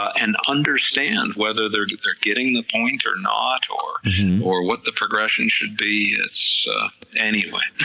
and understand whether they're they're getting the point or not, or or what the progression should be, it's anyway.